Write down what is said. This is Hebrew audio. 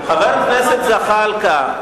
חבר הכנסת זחאלקה,